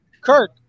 Kirk